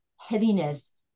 heaviness